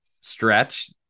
stretch